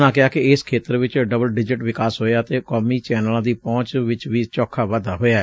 ਉਨ੍ਹਾਂ ਕਿਹਾ ਕਿ ਇਸ ਖੇਤਰ ਵਿਚ ਡਬਲ ਡਿਜਿਟ ਵਿਕਾਸ ਹੋਇਐ ਅਤੇ ਕੌਮੀ ਚੈਨਲਾਂ ਦੀ ਪਹੁੰਚ ਵਿਚ ਵੀ ਚੌਖਾ ਵਾਧਾ ਹੋਇਐ